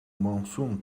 monsoon